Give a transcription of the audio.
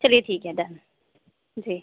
चलिए ठीक है डन जी